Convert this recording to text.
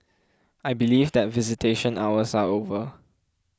I believe that visitation hours are over